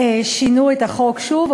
שינו את החוק שוב,